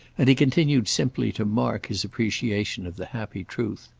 and he continued simply to mark his appreciation of the happy truth.